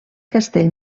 castell